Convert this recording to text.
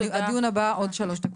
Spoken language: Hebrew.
הדיון הבא בעוד שלוש דקות.